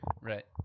Right